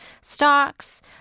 stocks